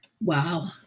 Wow